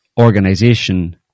organization